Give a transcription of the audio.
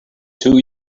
two